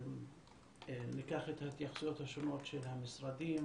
וניקח את ההתייחסויות השונות של המשרדים